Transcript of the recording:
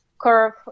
curve